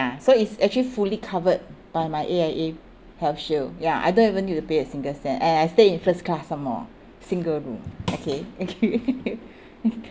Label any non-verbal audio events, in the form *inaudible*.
so it's actually fully covered by my A_I_A health shield ya I don't even need to pay a single cent and I stayed in first class some more single room okay okay *laughs*